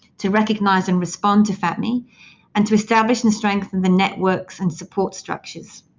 to recognise and respond to fapmi and to establish and strengthen the networks and support structures.